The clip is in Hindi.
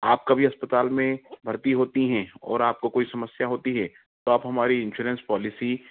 आप कभी अस्पताल में भर्ती होती हैं और आप को कोई समस्या होती है तो आप हमारी इंश्योरेंस पॉलिसी